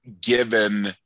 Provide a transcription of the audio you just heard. given